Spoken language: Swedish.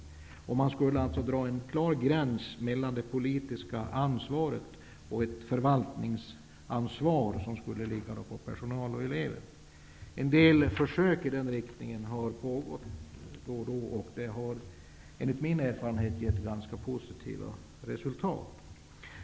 Det skulle alltså dras en klar gräns mellan det politiska ansvaret och förvaltningsansvaret, som skulle ligga på personal och elever. En del försök i den riktningen har gjorts, och de har gett ganska positiva resultat.